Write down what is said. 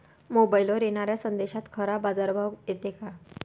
मोबाईलवर येनाऱ्या संदेशात खरा बाजारभाव येते का?